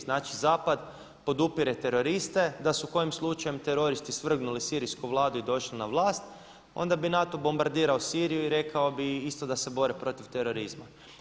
Znači zapad podupire teroriste da su kojim slučajem teroristi svrgnuli sirijsku Vladu i došli na vlast, onda bi NATO bombardirao Siriju i rekao bi isto da se bore protiv terorizma.